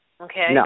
Okay